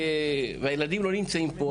הילדים לא נמצאים פה,